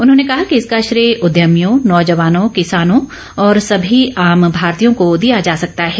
उन्होंने कहा कि इसका श्रेय उद्यभियों नौजवानों किसानों और सभी आम भारतीयों को दिया जा सकता है